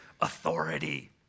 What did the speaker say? authority